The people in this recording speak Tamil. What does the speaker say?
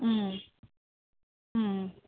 ம் ம்